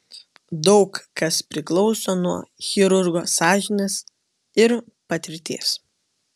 daug kas priklauso nuo chirurgo sąžinės ir patirties